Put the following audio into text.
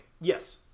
Yes